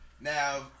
now